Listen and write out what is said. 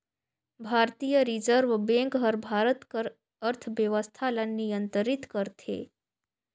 भारतीय reserve bank हर भारत कर अर्थबेवस्था ल नियंतरित करथे